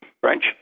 French